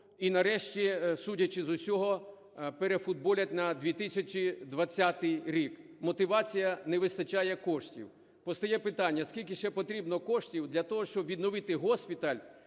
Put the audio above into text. І нарешті, судячи з усього, перефутболять на 2020 рік. Мотивація – не вистачає коштів. Постає питання: а скільки ще потрібно коштів для того, щоб відновити госпіталь